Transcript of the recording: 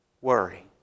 worry